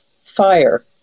Fire